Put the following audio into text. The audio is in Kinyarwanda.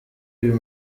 uyu